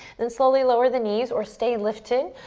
and slowly lower the knees or stay lifting,